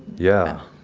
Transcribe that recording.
yeah.